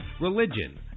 religion